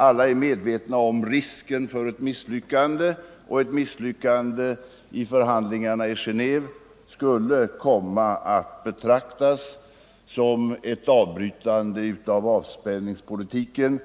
Alla är medvetna om risken för ett miss — Nr 127 lyckande, och ett misslyckande i förhandlingarna i Geneve skulle komma Fredagen den att betraktas som ett avbrytande av avspänningspolitiken